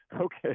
Okay